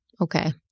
Okay